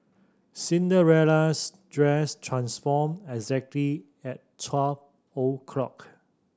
Cinderella's dress transformed exactly at twelve o' clock